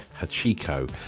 Hachiko